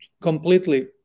completely